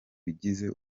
bigize